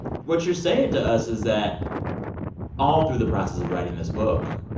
what you're saying to us is that all through the process of writing this book,